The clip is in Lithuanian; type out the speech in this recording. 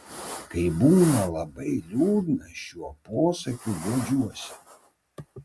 kai būna labai liūdna šiuo posakiu guodžiuosi